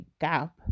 gap